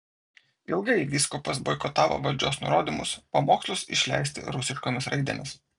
ilgai vyskupas boikotavo valdžios nurodymus pamokslus išleisti rusiškomis raidėmis